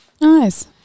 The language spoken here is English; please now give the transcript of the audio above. Nice